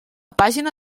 pàgina